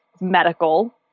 medical